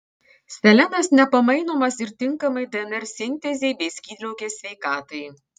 selenas nepamainomas ir tinkamai dnr sintezei bei skydliaukės sveikatai